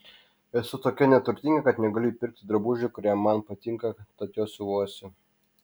esu tokia neturtinga kad negaliu įpirkti drabužių kurie man patinka tad juos siuvuosi